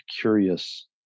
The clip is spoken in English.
curious